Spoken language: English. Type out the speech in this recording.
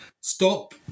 stop